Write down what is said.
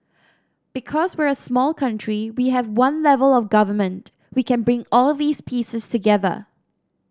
because we're a small country we have one level of Government we can bring all these pieces together